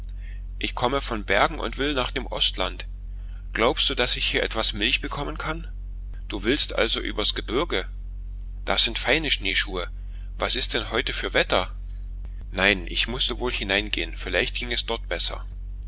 ich komme von bergen und will nach dem ostland glaubst du daß ich hier etwas milch bekommen kann du willst also übers gebirge das sind feine schneeschuhe was ist denn heute für wetter nein ich mußte wohl hineingehen vielleicht ging es dort besser